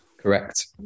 Correct